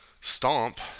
Stomp